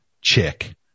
chick